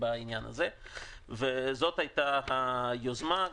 זאת הייתה היוזמה.